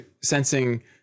sensing